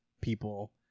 people